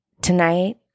Tonight